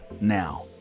now